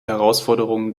herausforderungen